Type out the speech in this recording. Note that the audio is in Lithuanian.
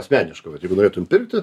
asmeniškai vat jeigu norėtum pirkti